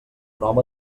home